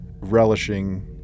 Relishing